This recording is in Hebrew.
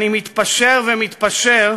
אני מתפשר ומתפשר,